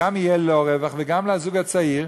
גם יהיה לו רווח וגם לזוג הצעיר,